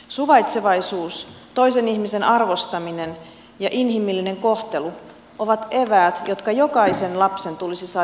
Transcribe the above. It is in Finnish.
suvaitsevaisuus toisen ihmisen arvostaminen ja inhimillinen kohtelu ovat eväät jotka jokaisen lapsen tulisi saada koulusta